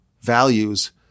values